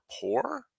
poor